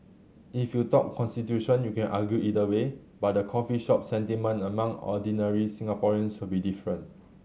if you talk constitution you can argue either way but the coffee shop sentiment among ordinary Singaporeans will be different